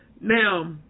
Now